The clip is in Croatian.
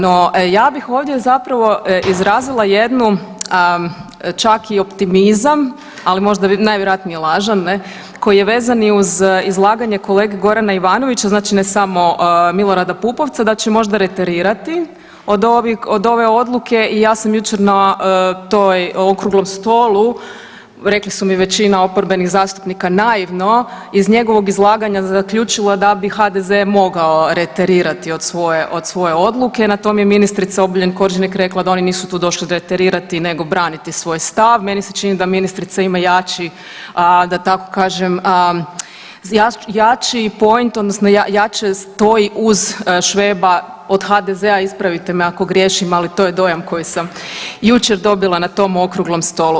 No ja bih ovdje zapravo izrazila jednu čak i optimizam, ali možda je najvjerojatnije lažan, ne, koji je vezan i uz izlaganje kolege Gorana Ivanovića, znači ne samo Milorada Pupovca da će možda reterirati od ove odluke i ja sam jučer na tom okruglom stolu, rekli su mi većina oporbenih zastupnika je naivno iz njegovog izlaganja zaključila da bi HDZ mogao reterirati od svoje odluke, na to je ministrica Obuljen Koržinek rekla da oni nisu tu došli reterirati nego braniti svoj stav, meni se čini da ministrica ima jači da tako kažem, jači point odnosno jače stoji uz Šveba od HDZ-a, ispravite me ako griješim, ali to je dojam koji sam jučer dobila na tom okruglom stolu.